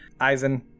Aizen